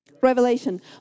Revelation